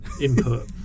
input